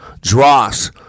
Dross